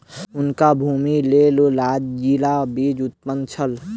हुनकर भूमि के लेल राजगिरा बीज उत्तम छल